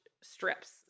strips